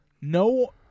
no